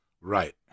right